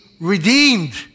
redeemed